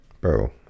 bro